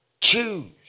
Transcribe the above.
choose